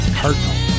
cardinal